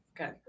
Okay